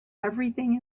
everything